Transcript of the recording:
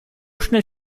schnell